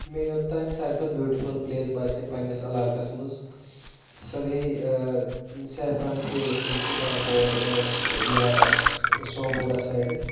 مےٚ یوٚتام ساروی کھۄتہٕ بیوٹِفُل پٕلیس باسے پنٛنِس علاقَس منٛز سۄ گٔے سیفران فیٖلڈٕس یِم چھِ پانپور یا سومبوٗرہ سایڈٕ